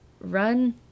run